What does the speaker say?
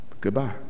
goodbye